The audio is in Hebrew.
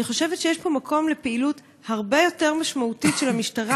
אני חושבת שיש פה מקום לפעילות הרבה יותר משמעותית של המשטרה,